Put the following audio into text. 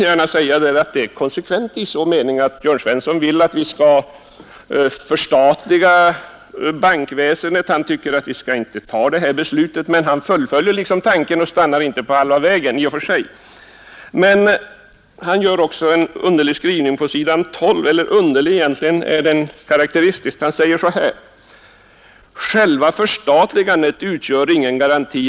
Dessa är konsekventa i så måtto att Jörn Svensson vill att vi skall förstatliga bankväsendet. Han fullföljer den tanken och stannar inte på halva vägen. På s. 12 gör han emellertid en underlig — eller snarare karaktäristisk — skrivning.